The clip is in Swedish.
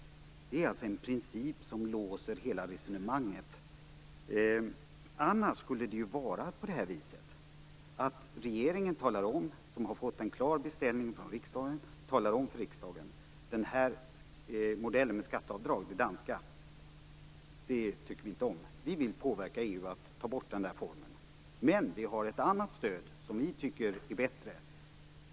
Det är alltså en princip som låser hela resonemanget. Annars skulle ju regeringen - som har fått en klar beställning från riksdagen - säga till riksdagen: Vi tycker inte om den danska modellen med skatteavdrag. Vi vill påverka EU, så att den formen tas bort. Men vi har ett annat stöd som vi tycker är bättre.